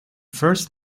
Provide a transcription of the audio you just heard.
first